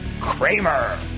Kramer